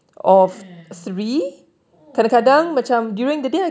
ya !aww!